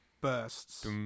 bursts